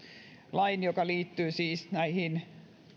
lain joka liittyy siis näihin